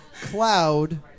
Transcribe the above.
Cloud